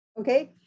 okay